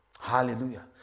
Hallelujah